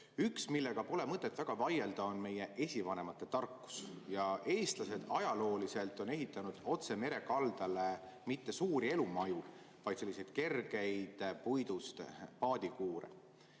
Üks, millega pole mõtet väga vaielda, on meie esivanemate tarkus. Eestlased on ajalooliselt ehitanud otse mere kaldale mitte suuri elumaju, vaid selliseid kergeid puidust paadikuure.